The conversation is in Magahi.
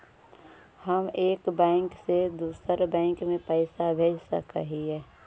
हम एक बैंक से दुसर बैंक में पैसा भेज सक हिय?